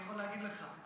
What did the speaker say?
אני יכול להגיד לך,